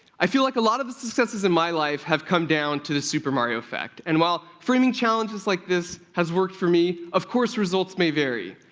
i feel like a lot of the successes in my life have come down to the super mario effect, and while framing challenges like this has worked for me, of course, results may vary.